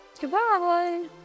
Goodbye